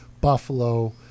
buffalo